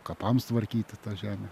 kapams tvarkyti tą žemę